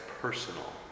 personal